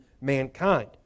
mankind